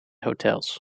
hotels